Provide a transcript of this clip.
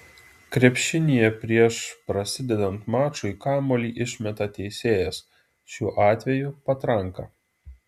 krepšinyje prieš prasidedant mačui kamuolį išmeta teisėjas šiuo atveju patranka